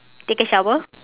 take a shower